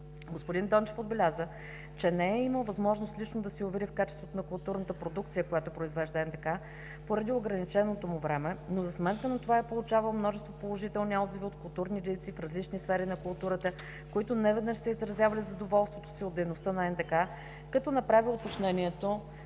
Господин Дончев отбеляза, че не е имал възможност лично да се увери в качеството на културната продукция, която произвежда НДК, поради ограниченото му време, но за сметка на това е получавал множество положителни отзиви от културни дейци в различни сфери на културата, които не веднъж са изразявали задоволството си от дейността на НДК, като направи уточнението,